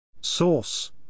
Source